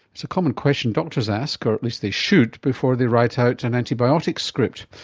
it's a common question doctors ask, or at least they should, before they write out an antibiotic script.